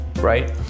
Right